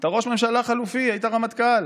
אתה ראש ממשלה חליפי, היית רמטכ"ל,